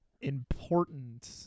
important